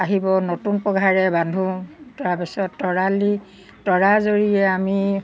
আহিব নতুন পঘাৰে বান্ধো তাৰপিছত তৰালী তৰা জৰীয়ে আমি